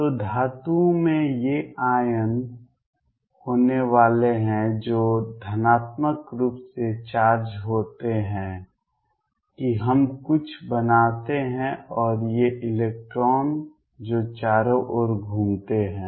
तो धातुओं में ये आयन होने वाले हैं जो धनात्मक रूप से चार्ज होते हैं कि हम कुछ बनाते हैं और ये इलेक्ट्रॉन जो चारों ओर घूमते हैं